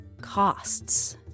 costs